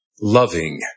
loving